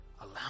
Allow